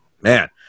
man